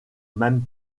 même